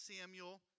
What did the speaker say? Samuel